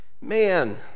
Man